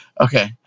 Okay